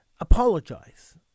apologize